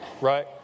right